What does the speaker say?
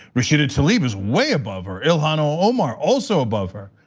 rashida tlaib is way above her. ilhan omar also above her.